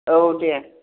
औ दे